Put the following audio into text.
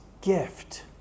gift